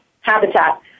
habitat